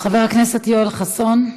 חבר הכנסת יואל חסון.